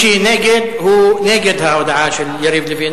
שנגד, הוא נגד ההודעה של יריב לוין.